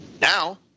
Now